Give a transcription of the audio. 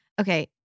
okay